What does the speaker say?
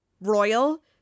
royal